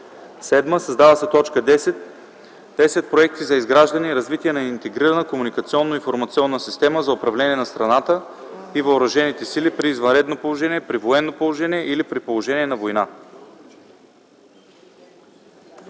7. Създава се т. 10: „10. проекти за изграждане и развитие на интегрирана комуникационно-информационна система за управление на страната и въоръжените сили при извънредно положение, при военно положение или при положение на война”.